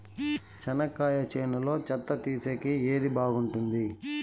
చెనక్కాయ చేనులో చెత్త తీసేకి ఏది బాగుంటుంది?